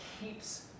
keeps